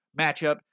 matchup